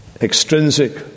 extrinsic